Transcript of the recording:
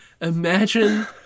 imagine